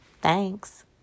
Thanks